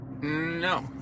No